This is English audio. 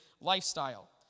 lifestyle